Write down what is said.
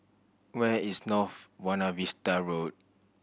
where is North Buona Vista Road